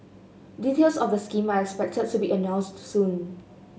details of the scheme are expected to be announced soon